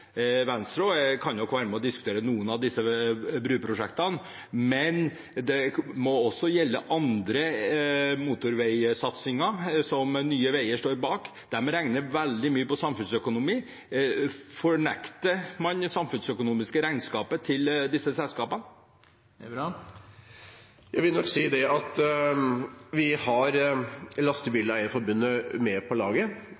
Venstre kan nok være med og diskutere noen av disse bruprosjektene, men det må også gjelde andre motorveisatsinger som Nye Veier står bak. De regner veldig mye på samfunnsøkonomi. Fornekter man det samfunnsøkonomiske regnskapet til disse selskapene? Jeg vil nok si det at vi har